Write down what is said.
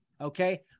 Okay